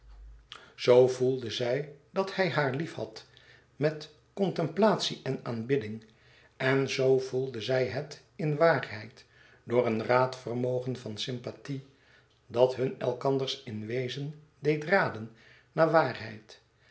z voelde zij dat hij haar liefhad met contemplatie en aanbidding en zoo voelde zij het in waarheid door een raadvermogen van sympathie dat hun elkanders in wezen deed raden naar waarheid